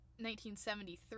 1973